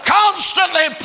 constantly